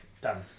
Done